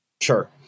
Sure